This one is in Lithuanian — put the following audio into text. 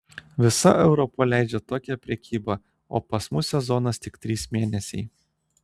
visa europa leidžią tokią prekybą o pas mus sezonas tik trys mėnesiai